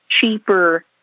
cheaper